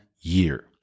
year